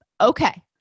okay